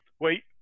Wait